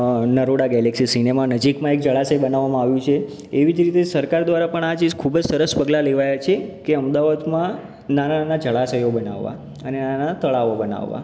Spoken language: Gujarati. નરોડા ગેલેક્ક્ષી સિનેમા નજીકમાં એક જળાશય બનાવવામાં આવ્યુ છે એવી જ રીતે સરકાર દ્વારા પણ આ જે ખૂબ જ સરસ પગલાં લેવાયા છે કે અમદાવાદમાં નાનાં નાનાં જળાશયો બનાવવા અને નાનાં નાનાં તળાવો બનાવવા